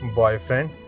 boyfriend